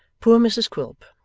poor mrs quilp,